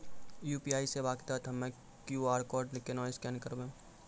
UPI सेवा के तहत हम्मय क्यू.आर कोड केना स्कैन करबै?